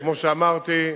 וכמו שאמרתי,